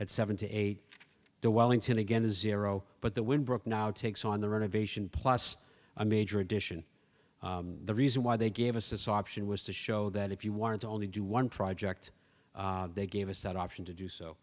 at seventy eight the wellington again a zero but the wind brook now takes on the renovation plus a major addition the reason why they gave us this option was to show that if you wanted to only do one project they gave us that option to do so